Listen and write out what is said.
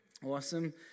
Awesome